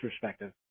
perspective